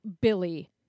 Billy